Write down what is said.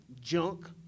junk